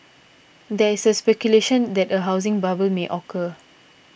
there is speculation that a housing bubble may occur